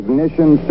Ignition